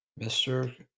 Mr